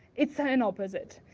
it's an opposite,